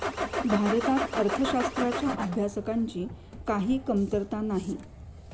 भारतात अर्थशास्त्राच्या अभ्यासकांची काही कमतरता नाही